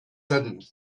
sudden